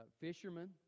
Fishermen